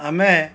ଆମେ